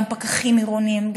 גם פקחים עירוניים,